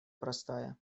простая